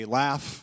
laugh